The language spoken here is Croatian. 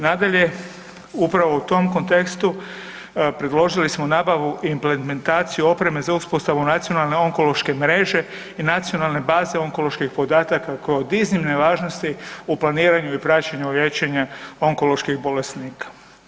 Nadalje, upravo u tom kontekstu predložili smo nabavu implementaciju opreme za uspostavu Nacionalne onkološke mreže i Nacionalne baze onkoloških podataka koja je od iznimne važnosti u planiranju i praćenju liječenja onkoloških bolesnika.